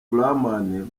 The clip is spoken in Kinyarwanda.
blauman